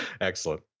Excellent